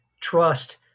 trust